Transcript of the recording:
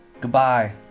Goodbye